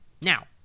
Now